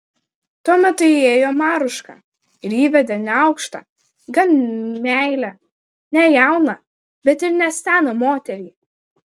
tuo metu įėjo maruška ir įvedė neaukštą gan meilią ne jauną bet ir ne seną moterį